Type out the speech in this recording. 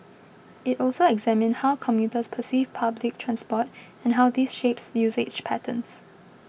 it also examined how commuters perceive public transport and how this shapes usage patterns